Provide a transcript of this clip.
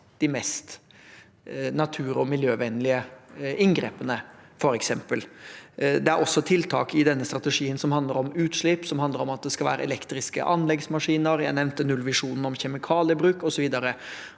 de mest natur- og miljøvennlige inngrepene. Det er også tiltak i denne strategien som handler om utslipp, som handler om at det skal være elektriske anleggsmaskiner, jeg nevnte nullvisjonen om kjemikaliebruk, osv.